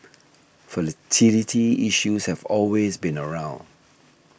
fertility issues have always been around